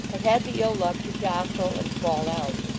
have had the ill-luck to jostle and fall out.